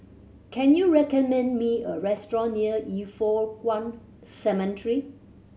can you recommend me a restaurant near Yin Foh Kuan Cemetery